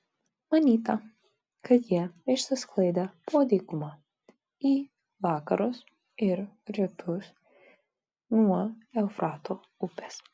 manyta kad jie išsisklaidė po dykumą į vakarus ir rytus nuo eufrato upės